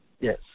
yes